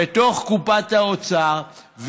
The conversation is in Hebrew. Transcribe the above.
בתוך קופת האוצר,